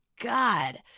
God